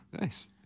nice